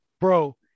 Bro